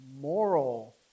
moral